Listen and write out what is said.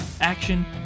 action